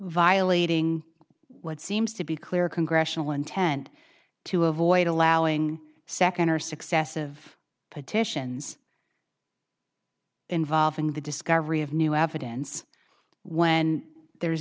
violating what seems to be clear congressional intent to avoid allowing second or successive petitions involving the discovery of new evidence when there